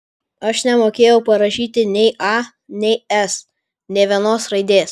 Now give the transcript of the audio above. aš nemokėjau parašyti nei a nei s nė vienos raidės